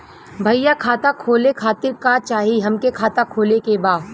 भईया खाता खोले खातिर का चाही हमके खाता खोले के बा?